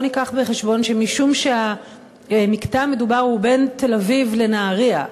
בוא נביא בחשבון שמשום שהקטע המדובר הוא בין תל-אביב לנהריה,